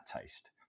taste